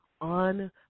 on